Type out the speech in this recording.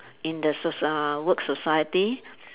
in the socie~ work society